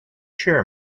chair